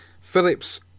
Phillips